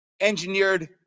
Engineered